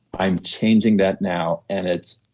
i'm changing that now and it's.